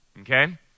okay